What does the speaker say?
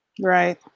right